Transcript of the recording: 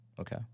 Okay